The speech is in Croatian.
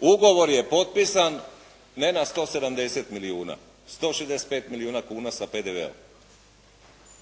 Ugovor je potpisan ne na 170 milijuna, 165 milijuna kuna sa PDV-om.